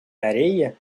areia